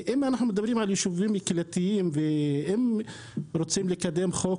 אם אנחנו מדברים על יישובים קהילתיים ואם רוצים לקדם חוק,